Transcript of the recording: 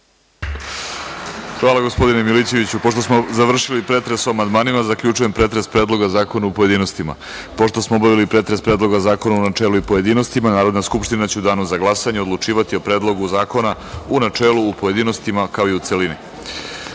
Hvala gospodine Milićeviću. Pošto smo završili pretres o amandmanima, zaključujem pretres Predloga zakona u pojedinostima. Pošto smo obavili pretres Predloga zakona u načelu i u pojedinostima, Narodna Skupština će u danu za glasanje odlučivati o predlogu zakona u načelu, pojedinostima kao i u